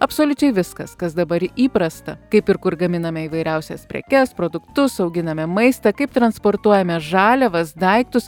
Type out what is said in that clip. absoliučiai viskas kas dabar įprasta kaip ir kur gaminame įvairiausias prekes produktus auginame maistą kaip transportuojame žaliavas daiktus